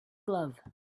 glove